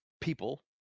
people